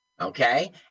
okay